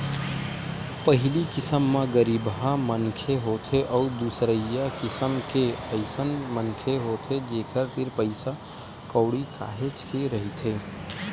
पहिली किसम म गरीबहा मनखे होथे अउ दूसरइया किसम के अइसन मनखे होथे जेखर तीर पइसा कउड़ी काहेच के रहिथे